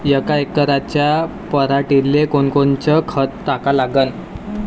यका एकराच्या पराटीले कोनकोनचं खत टाका लागन?